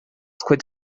cuid